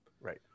right